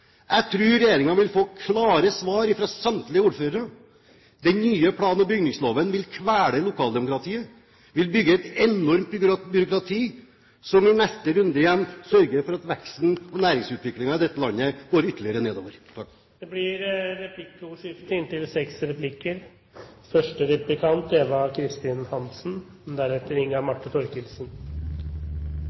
Jeg tror regjeringen vil få klare svar fra samtlige ordførere. Den nye plan- og bygningsloven vil kvele lokaldemokratiet og bygge et enormt byråkrati, som i neste runde sørger for at veksten og næringsutviklingen i dette landet går ytterligere nedover. Det blir replikkordskifte.